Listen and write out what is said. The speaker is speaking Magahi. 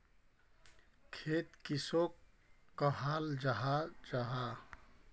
खेत किसोक कहाल जाहा जाहा?